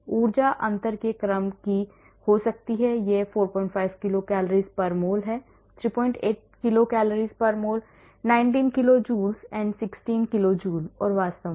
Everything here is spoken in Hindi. ऊर्जा अंतर के क्रम की हो सकती है यह 45 kilo cals per mol 38 kilo cals per mol 19 kilo joules 16 kilo joule और वास्तव में